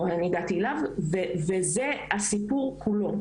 או אני הגעתי אליו, וזה הסיפור כולו.